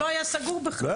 זה לא היה סגור בכלל.